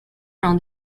from